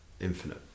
infinite